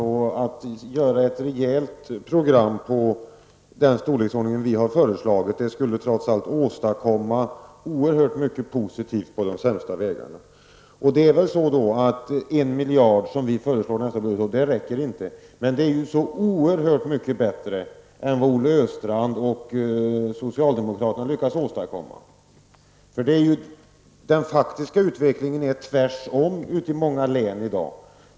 Att genomföra ett rejält program i den storleksordning vi har föreslagit skulle trots allt åstadkomma oerhört mycket positivt för de sämsta vägarna. Vi föreslår 1 miljard för nästa budgetår, och det räcker nog inte. Men det är oerhört mycket bättre än vad Olle Östrand och socialdemokraterna har lyckats åstadkomma. Den faktiska utvecklingen går bakåt i många län i dag.